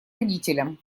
родителям